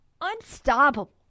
Unstoppable